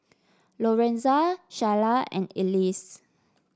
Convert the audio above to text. Lorenza Shayla and Elise